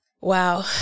Wow